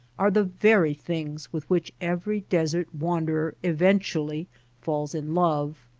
are the very things with which every desert wanderer eventually falls in love.